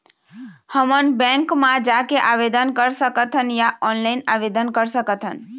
हमन बैंक मा जाके आवेदन कर सकथन या ऑनलाइन आवेदन कर सकथन?